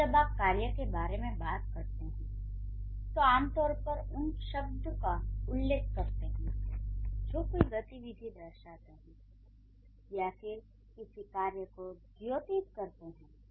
और जब आप कार्य के बारे में बात करते हैं तो आमतौर पर उन शब्दों का उल्लेख करते हैं जो कोई गतिविधि दर्शाते हैं या फ़िर किसी कार्य को द्योतित करते हैं